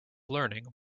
learning